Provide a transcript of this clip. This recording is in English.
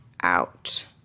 out